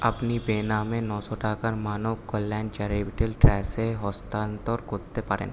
আপনি বেনামে নশো টাকার মানব কল্যাণ চ্যারিটেবল ট্রাস্টে হস্তান্তর করতে পারেন